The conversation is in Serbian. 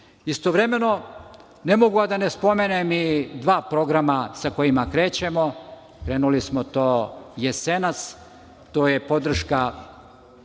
susreta. Istovremeno, ne mogu a da ne spomenem i dva programa sa kojima krećemo. Krenuli smo to jesenas. To je podrška